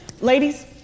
Ladies